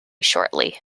shortly